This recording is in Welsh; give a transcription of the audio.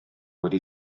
wedi